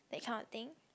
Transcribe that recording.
that kind of thing